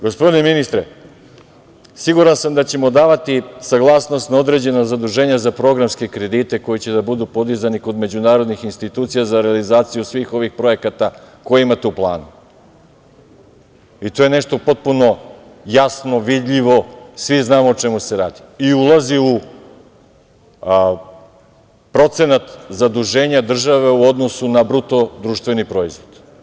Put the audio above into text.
Gospodine ministre, siguran sam da ćemo davati saglasnost na određena zaduženja za programske kredite koji će biti podizani kod međunarodnih institucija za realizaciju svih ovih projekata koje imate u planu, i to je nešto potpuno jasno, vidljivo, svi znamo o čemu se radi i ulazi u procenat zaduženja države u odnosu na BDP.